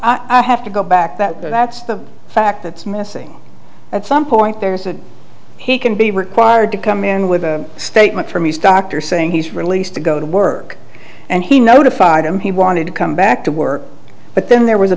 one i have to go back that that's the fact that's missing at some point there's a he can be required to come in with a statement from restocked are saying he's released to go to work and he notified him he wanted to come back to work but then there was a